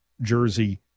jersey